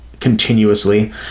continuously